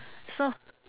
so